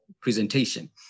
presentation